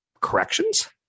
corrections